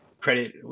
credit